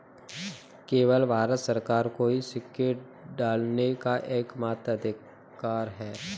केवल भारत सरकार को ही सिक्के ढालने का एकमात्र अधिकार है